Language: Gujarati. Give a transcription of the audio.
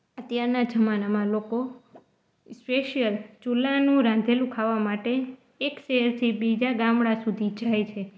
અત્યારના જમાનામાં લોકો સ્પેશિયલ ચૂલાનું રાંધેલું ખાવા માટે એક શહેરથી બીજા ગામડા સુધી જાય છે